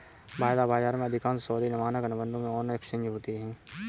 वायदा बाजार में, अधिकांश सौदे मानक अनुबंधों में ऑन एक्सचेंज होते हैं